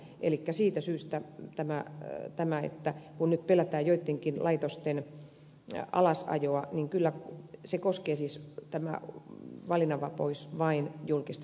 elikkä siitä syystä tämä väittämä että kun nyt pelätään joittenkin laitosten alasajoa mutta kyllä valinnanvapaus koskee siis vain julkista sektoria